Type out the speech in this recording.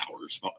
hours